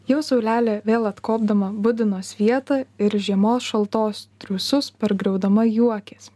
jau saulelė vėl atkopdama budino svietą ir žiemos šaltos triūsus pargriaudama juokės